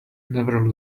never